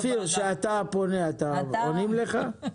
אופיר, כשאתה פונה עונים לך?